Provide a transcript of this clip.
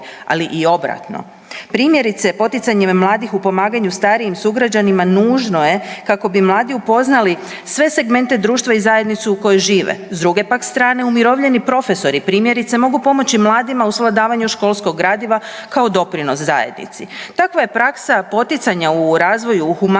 ali i obratno. Primjerice, poticanjem mladih u pomaganju starijim sugrađanima nužno je kako bi mladi upoznali sve segmente društva i zajednicu u kojoj žive. S druge pak strane, umirovljeni profesori primjerice mogu pomoći mladima u svladavanju školskog gradiva kao doprinos zajednici. Takva praksa poticanja u razvoju humanijeg